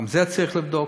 גם זה צריך לבדוק.